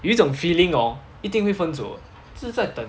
有一种 feeling orh 一定会分手就是在等